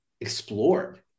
explored